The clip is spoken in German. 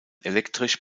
elektrisch